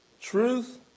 Truth